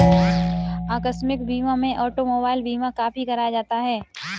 आकस्मिक बीमा में ऑटोमोबाइल बीमा काफी कराया जाता है